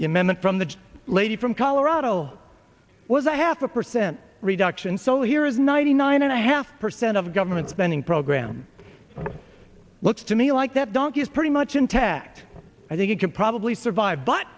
amendment from the lady from colorado was a half a percent reduction so here is ninety nine and a half percent of government spending program looks to me like that donkey is pretty much intact i think you could probably survive but